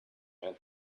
man